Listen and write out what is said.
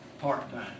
part-time